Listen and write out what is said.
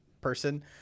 person